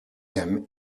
him